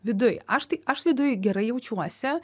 viduj aš tai aš viduj gerai jaučiuosi